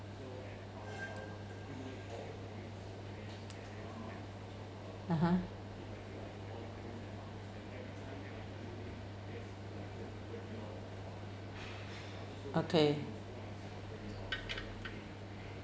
(uh huh) okay